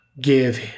Give